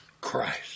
Christ